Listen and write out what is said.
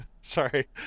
Sorry